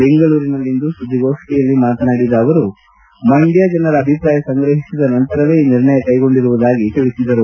ಬೆಂಗಳೂರಿನಲ್ಲಿಂದು ಸುದ್ದಿಗೋಷ್ಠಿಯಲ್ಲಿ ಮಾತನಾಡಿದ ಅವರು ಮಂಡ್ಡ ಜನರ ಅಭಿಪ್ರಾಯ ಸಂಗ್ರಹಿಸಿದ ನಂತರವೇ ಈ ನಿರ್ಣಯ ಕೈಗೊಂಡಿರುವುದಾಗಿ ಹೇಳಿದರು